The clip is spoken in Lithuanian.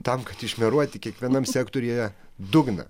tam kad išmeruot kiekvienam sektoriuje dugną